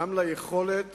גם ליכולת